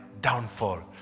downfall